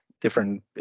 different